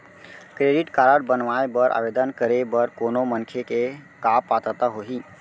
Credit card बनवाए बर आवेदन करे बर कोनो मनखे के का पात्रता होही?